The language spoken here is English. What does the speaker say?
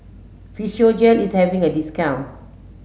Physiogel is having a discount